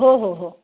हो हो हो